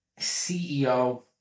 CEO